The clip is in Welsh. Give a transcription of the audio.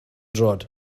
droed